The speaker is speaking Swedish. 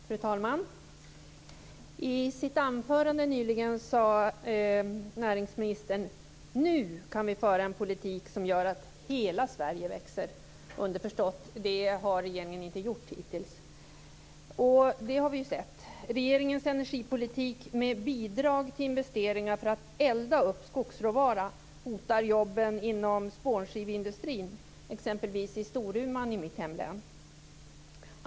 Fru talman! I sitt anförande nyligen sade näringsministern: Nu kan vi föra en politik som gör att hela Sverige växer. Underförstått: Det har regeringen inte gjort hittills. Och det har vi ju sett. Regeringens energipolitik med bidrag till investeringar för att elda upp skogsråvara hotar jobben inom spånskiveindustrin, exempelvis i Storuman i mitt hemlän.